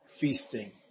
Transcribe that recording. feasting